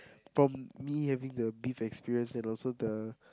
from me having the beef experience and also the